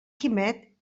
quimet